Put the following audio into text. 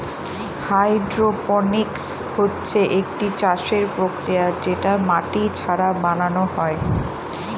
hydroponics হচ্ছে একটি চাষের প্রক্রিয়া যেটা মাটি ছাড়া বানানো হয়